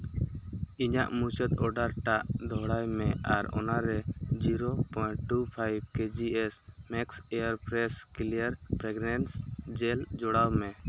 ᱤᱧᱟᱹᱜ ᱢᱩᱪᱟᱹᱫ ᱚᱰᱟᱨ ᱴᱟᱜ ᱫᱚᱦᱚᱲᱟᱭ ᱢᱮ ᱟᱨ ᱚᱱᱟᱨᱮ ᱡᱤᱨᱳ ᱯᱚᱭᱮᱱᱴ ᱴᱩ ᱯᱷᱟᱭᱤᱵᱷ ᱠᱮ G S max air fresh clear fragrance gel ᱡᱚᱲᱟᱣ ᱢᱮ